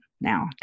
now